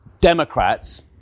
Democrats